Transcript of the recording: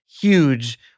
huge